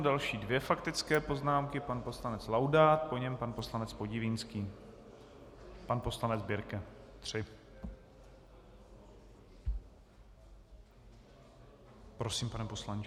Další dvě faktické poznámky, pan poslanec Laudát, po něm pan poslanec Podivínský, pan poslanec Birke tři. Prosím, pane poslanče.